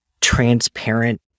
transparent